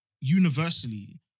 universally